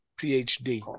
PhD